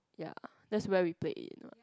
ya that's where we play it